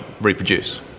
reproduce